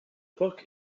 book